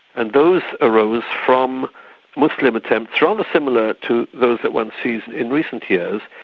and those arose from muslim attempts, rather similar to those that one sees in recent years,